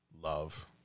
love